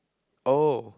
oh